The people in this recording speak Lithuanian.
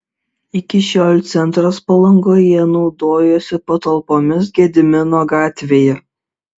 iki šiol centras palangoje naudojosi patalpomis gedimino gatvėje